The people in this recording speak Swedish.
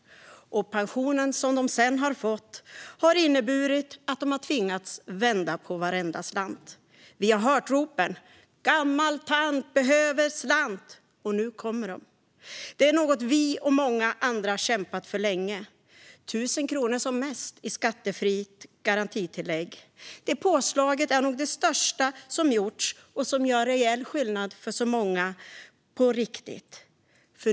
Den pension de sedan har fått har inneburit att de tvingats vända på varenda slant. Vi har hört ropen: Gammal tant behöver slant! Och nu kommer de. Detta är något vi och många andra har kämpat för länge. Som mest 1 000 kronor i skattefritt garantitillägg - det påslaget är nog det största som gjorts och gör reell skillnad för många.